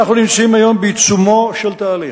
אנחנו נמצאים היום בעיצומו של תהליך.